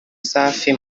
safi